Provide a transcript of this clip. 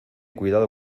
cuidado